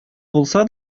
булса